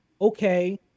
okay